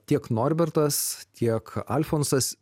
tiek norbertas tiek alfonsas